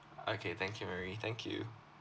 okay thank you mary thank you